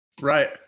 right